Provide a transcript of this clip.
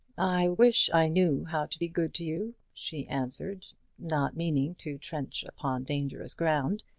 i wish i knew how to be good to you, she answered not meaning to trench upon dangerous ground,